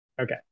Okay